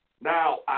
Now